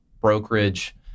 brokerage